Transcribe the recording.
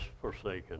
forsaken